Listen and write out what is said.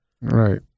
Right